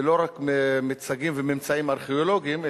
ולא רק מיצגים וממצאים ארכיאולוגיים,